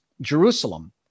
Jerusalem